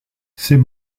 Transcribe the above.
c’est